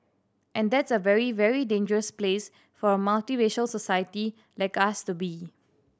and that's a very very dangerous place for a multiracial society like us to be